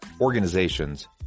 organizations